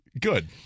good